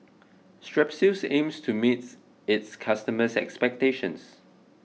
Strepsils aims to meets its customers' expectations